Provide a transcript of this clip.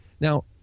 Now